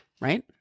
right